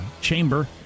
chamber